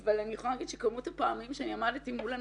אבל אני יכולה לומר שמספר הפעמים שאני עמדתי מול אנשים,